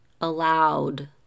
allowed